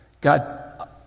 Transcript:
God